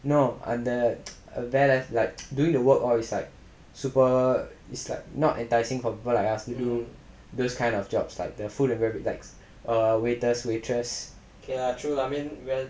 no அந்த வேற:antha vera like doing the work all this like super it's like not enticing for people like us to do those kind of jobs lah the food and beverage type err waiters waitress